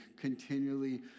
continually